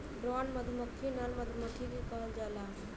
drone मधुमक्खी नर मधुमक्खी के कहल जाला